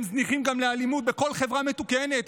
הם זניחים גם ביחס לאלימות בכל חברה מתוקנת,